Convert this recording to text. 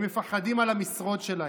הם מפחדים על המשרות שלהם.